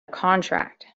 contract